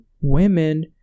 women